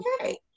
okay